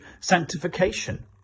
sanctification